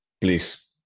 Please